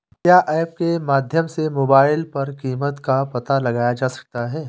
क्या ऐप के माध्यम से मोबाइल पर कीमत का पता लगाया जा सकता है?